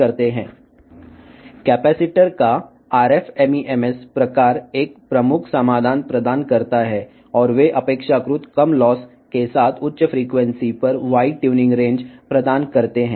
RF MEMS రకం capacitor ఒక ప్రముఖ పరిష్కారాన్ని అందిస్తుంది మరియు అవి తక్కువ ట్యూనింగ్ పరిధిని అధిక ఫ్రీక్వెన్సీ ల వద్ద తక్కువ నష్టాలను కలిగిస్తాయి